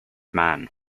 man